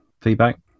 feedback